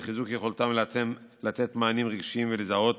ולחיזוק יכולתם לתת מענים רגשיים ולזהות